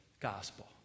gospel